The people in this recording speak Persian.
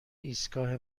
ایستگاه